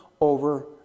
over